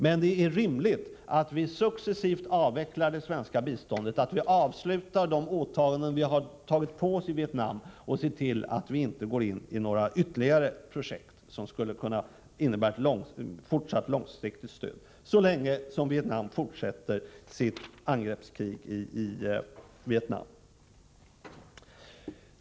Men det är rimligt att vi successivt avvecklar det svenska biståndet, att vi avslutar de åtaganden vi har tagit på oss i Vietnam och ser till att vi inte, så länge som Vietnam fortsätter sitt angreppskrig i Kampuchea, går in i några ytterligare projekt som skulle kunna innebära fortsatt långsiktigt stöd.